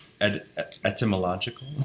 etymological